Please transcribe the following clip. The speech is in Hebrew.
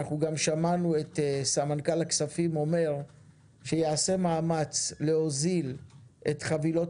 שמענו את סמנכ"ל הכספים אומר שיעשה מאמץ להוזיל את חבילות